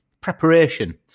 preparation